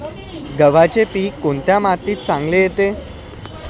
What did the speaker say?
गव्हाचे पीक कोणत्या मातीत चांगले येते?